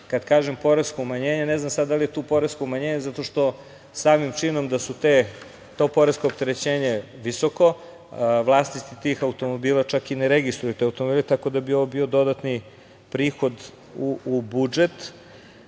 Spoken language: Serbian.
kažem poresko umanjenje ne znam da li je tu poresko umanjenje zato što samim činom da je to poresko opterećenje visoko, vlasnici tih automobila čak i ne registruju te automobile, tako da bi to bilo dodatni prihod u budžet. Tačno